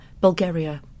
Bulgaria